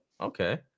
Okay